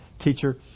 teacher